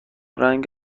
رنگ